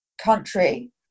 country